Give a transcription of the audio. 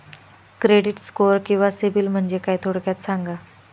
Credit score किंवा सिबिल म्हणजे काय? थोडक्यात सांगा